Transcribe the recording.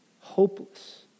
Hopeless